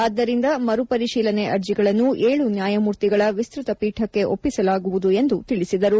ಆದ್ದರಿಂದ ಮರುಪರಿಶೀಲನೆ ಅರ್ಜಿಗಳನ್ನು ಏಳು ನ್ಯಾಯಮೂರ್ತಿಗಳ ವಿಸ್ತತ ಪೀಠಕ್ಕೆ ಒಪ್ಪಿಸಲಾಗುವುದು ಎಂದು ತಿಳಿಸಿದರು